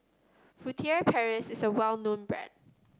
Furtere Paris is a well known brand